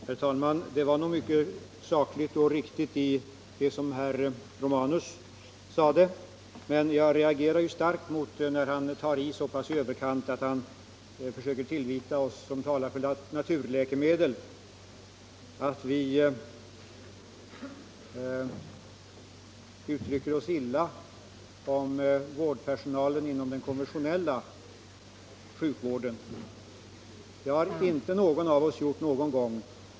Herr talman! Det fanns mycket sakligt och riktigt i vad herr Romanus sade. Jag reagerade dock starkt, när han tog till i överkant och försökte tillvita oss som talar för naturläkemedel att vi skulle uttrycka oss illa om vårdpersonalen inom den konventionella sjukvården. Det har ingen av oss gjort någon gång.